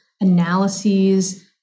analyses